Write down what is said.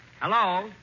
Hello